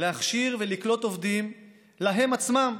להכשיר ולקלוט עובדים להם עצמם,